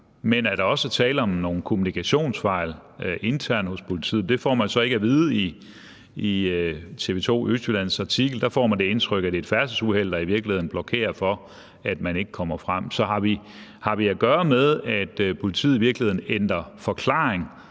men at der også er tale om nogle kommunikationsfejl internt hos politiet? Det får man så ikke at vide i TV2 ØSTJYLLANDs artikel; der får man det indtryk, at det er et færdselsuheld, der i virkeligheden blokerer for, at man kommer frem. Så har vi at gøre med, at politiet i virkeligheden ændrer forklaring,